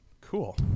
Cool